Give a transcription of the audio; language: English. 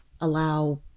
allow